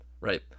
right